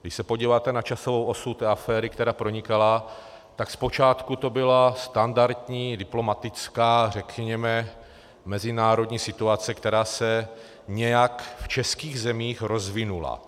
Když se podíváte na časovou osu té aféry, která pronikala, tak zpočátku to byla standardní diplomatická, řekněme mezinárodní situace, která se nějak v českých zemích rozvinula.